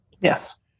Yes